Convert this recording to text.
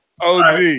OG